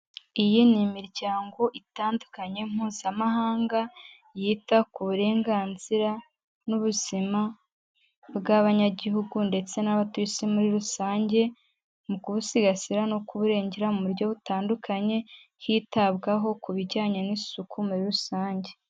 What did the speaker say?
Iyi ni imiryango itandukanye mpuzamahanga yita ku burenganzira n’ubuzima bw’abanyagihugu ndetse n’abatuye isi muri rusange, mu gusigasira no kuburengera mu buryo butandukanye, hitabwaho ku bijyanye n’isuku muri rusange.